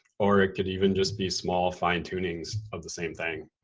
or it could even just be small fine tunings of the same thing,